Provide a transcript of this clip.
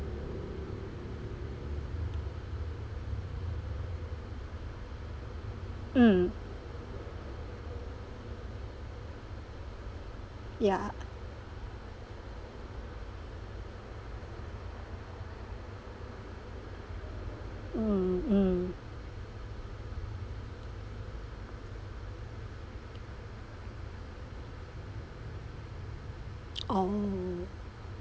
mm ya mm mm oh